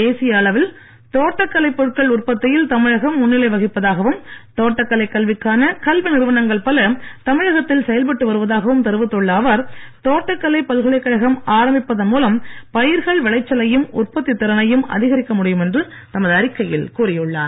தேசிய அளவில் தோட்டக்கலை பொருட்கள் உற்பத்தியில் தமிழகம் முன்னிலை வகிப்பதாகவும் தோட்டக்கலை கல்விக்கான கல்வி நிறுவனங்கள் பல தமிழகத்தில் செயல்பட்டு வருவதாகவும் தெரிவித்துள்ள அவர் தோட்டக்கலை பல்கைலைக் கழகம் ஆரம்பிப்பதன் மூலம் பயிர்கள் விளைச்சலையும் உற்பத்தி திறனையும் அதிகரிக்க முடியும் என்று தமது அறிக்கையில் கூறியுள்ளார்